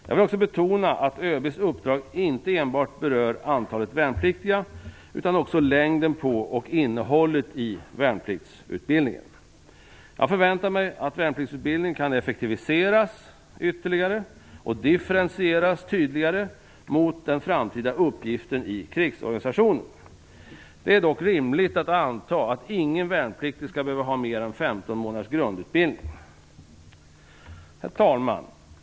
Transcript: Jag vill också betona att ÖB:s uppdrag inte enbart berör antalet värnpliktiga utan också längden på och innehållet i värnpliktsutbildningen. Jag förväntar mig att värnpliktsutbildningen kan effektiviseras ytterligare och differentieras tydligare mot den framtida uppgiften i krigsorganisationen. Det är dock rimligt att anta att ingen värnpliktig skall behöva ha mer än 15 månaders grundutbildning. Herr talman!